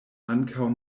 ankaŭ